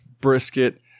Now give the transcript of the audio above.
brisket